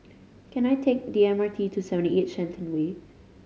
can I take the M R T to seven eight Shenton Way